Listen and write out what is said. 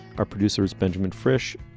our producer is benjamin fresh.